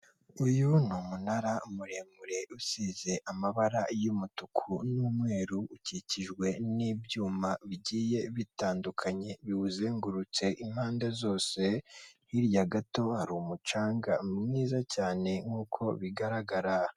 Uyu ni umunara muremure usize amabara y'umutuku n'umweru ukikijwe n'ibyuma bigiye bitandukanye, biwuzengurutse impande zose, hirya gato hari umucanga mwiza cyane nk'uko bigaragara.